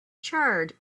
charred